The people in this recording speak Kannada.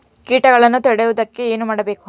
ಕೇಟಗಳನ್ನು ತಡೆಗಟ್ಟುವುದಕ್ಕೆ ಏನು ಮಾಡಬೇಕು?